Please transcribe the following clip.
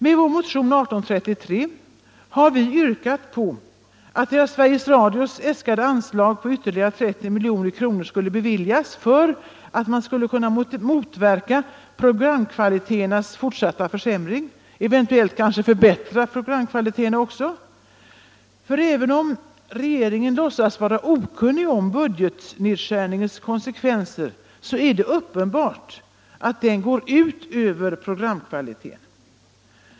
I vår motion 1833 har vi yrkat att det av Sveriges Radio äskade anslaget på ytterligare 30 milj.kr. beviljas, för att man skall kunna motverka en fortsatt försämring av programkvaliteten och eventuellt också kunna förbättra den. Ty även om regeringen låtsas vara okunnig om budgetnedskärningens konsekvenser är det uppenbart att den går ut över programkvaliteten.